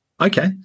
Okay